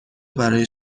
برای